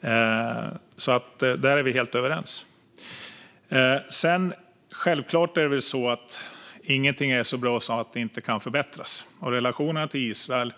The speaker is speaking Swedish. Där är vi helt överens. Självklart är det så att ingenting är så bra att det inte kan förbättras. Relationerna till Israel